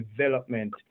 development